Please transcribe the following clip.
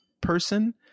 person